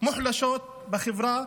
מוחלשות בחברה,